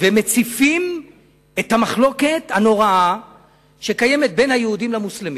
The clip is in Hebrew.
ומציפים את המחלוקת הנוראה שקיימת בין היהודים למוסלמים,